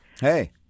Hey